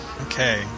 Okay